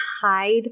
hide